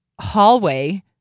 hallway